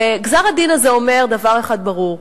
גזר-הדין הזה אומר דבר אחד ברור: